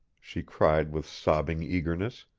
she cried with sobbing eagerness,